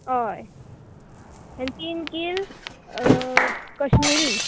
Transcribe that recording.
होय आनी तीन किल कश्मीरी